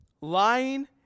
Lying